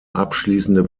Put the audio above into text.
abschließende